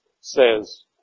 says